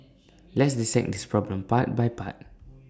let's dissect this problem part by part